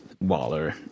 Waller